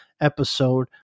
episode